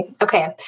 Okay